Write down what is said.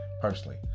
personally